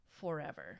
forever